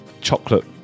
chocolate